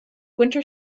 winter